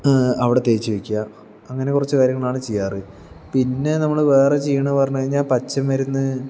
അവിടെ തേച്ചു വയ്ക്കുക അങ്ങനെ കുറച്ചു കാര്യങ്ങളാണ് ചെയ്യാറ് പിന്നെ നമ്മള് വേറെ ചെയ്യണതെന്ന് പറഞ്ഞുകഴിഞ്ഞാല് പച്ചമരുന്ന്